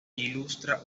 ilustra